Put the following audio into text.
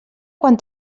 quan